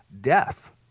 death